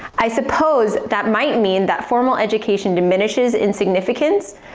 i suppose that might mean that formal education diminishes in significance,